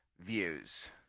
views